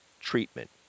treatment